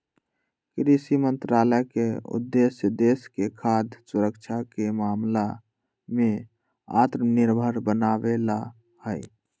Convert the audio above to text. कृषि मंत्रालय के उद्देश्य देश के खाद्य सुरक्षा के मामला में आत्मनिर्भर बनावे ला हई